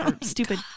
stupid